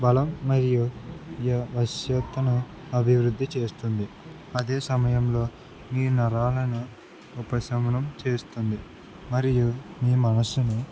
బలం మరియు వ్యవస్థతను అభివృద్ధి చేస్తుంది అదే సమయంలో మీ నరాలను ఉపశమనం చేస్తుంది మరియు మీ మనసును